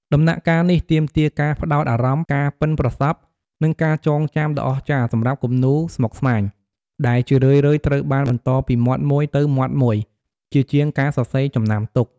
ដំណាក់កាលនេះទាមទារការផ្តោតអារម្មណ៍ ការប៉ិនប្រសប់ និងការចងចាំដ៏អស្ចារ្យសម្រាប់គំនូរស្មុគស្មាញ ដែលជារឿយៗត្រូវបានបន្តពីមាត់មួយទៅមាត់មួយ ជាជាងការសរសេរចំណាំទុក។